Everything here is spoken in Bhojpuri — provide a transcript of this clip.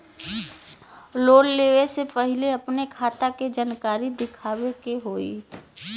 लोन लेवे से पहिले अपने खाता के जानकारी दिखावे के होई?